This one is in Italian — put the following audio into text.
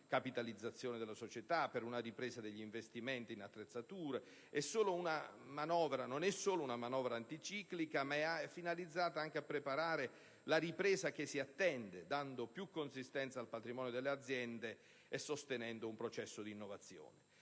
per la loro capitalizzazione e per una ripresa degli investimenti nelle attrezzature non fanno parte di una manovra anticiclica, ma finalizzata a preparare anche la ripresa che si attende, dando più consistenza al patrimonio delle aziende e sostenendo un processo di innovazione.